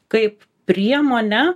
kaip priemone